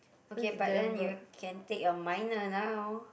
okay but then you can take your minor now